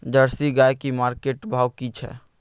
Jersey गाय की market भाव की छै?